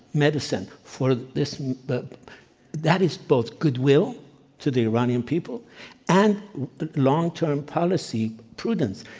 medicine for this but that is both good will to the iranian people and long-term policy prudence.